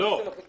לא.